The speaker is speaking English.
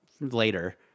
later